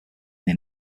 near